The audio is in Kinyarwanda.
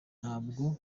ntabwo